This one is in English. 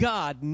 God